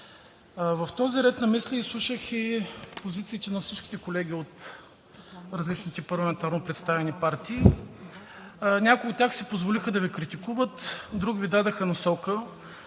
В този ред на мисли изслушах позициите на всички колеги от различните парламентарно представени партии – някои от тях си позволиха да Ви критикуват, други Ви дадоха насока.